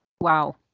Wow